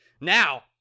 Now